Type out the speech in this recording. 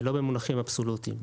לא במונחים אבסולוטיים.